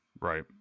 Right